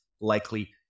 likely